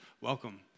welcome